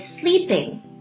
sleeping